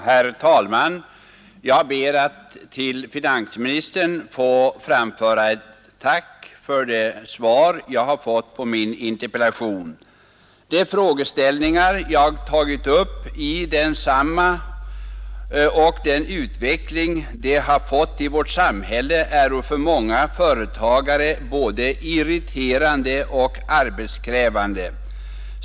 Herr talman! Jag ber att till finansministern få framföra ett tack för det svar som jag har fått på min interpellation. De frågor jag tagit upp i interpellationen och den utveckling som uppgiftslämnandet fått i vårt samhälle är för många företagare både irriterande och arbetskrävande.